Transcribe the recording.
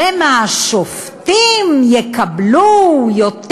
שמא השופטים יקבלו יותר.